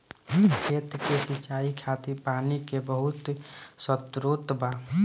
खेत के सिंचाई खातिर पानी के बहुत स्त्रोत बा